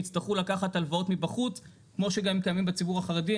יצטרכו לקחת הלוואות מבחוץ כמו שגם קיימים בציבור החרדי,